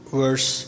verse